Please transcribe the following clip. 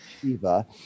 Shiva